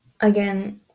Again